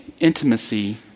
intimacy